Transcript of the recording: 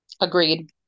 Agreed